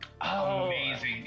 Amazing